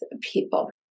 people